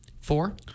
Four